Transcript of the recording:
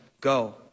go